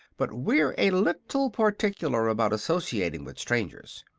but we're a little particular about associating with strangers.